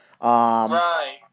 right